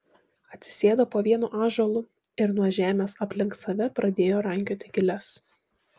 atsisėdo po vienu ąžuolu ir nuo žemės aplink save pradėjo rankioti giles